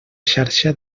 xarxa